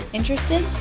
interested